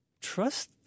trust